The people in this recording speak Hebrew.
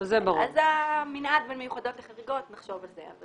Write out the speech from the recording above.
אז המנעד בין מיוחדות לחריגות, נחשוב על זה.